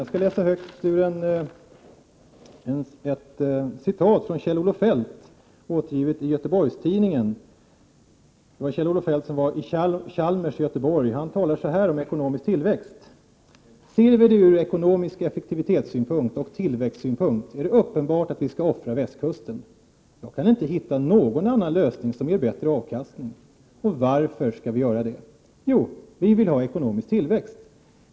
Jag skall läsa upp ett citat från Kjell-Olof Feldt, ur Göteborgs-Tidningen. Vid ett besök på Chalmers i Göteborg sade han så här om ekonomisk tillväxt: ”Ser vi det ur ekonomisk effektivitetssynpunkt och tillväxtsynpunkt är det uppenbart att vi skall offra Västkusten. Jag kan inte hitta någon annan lösning som ger bättre avkastning. Och varför skall vi göra det? Ja, vi vill ha ekonomisk tillväxt!